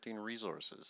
resources